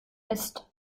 ist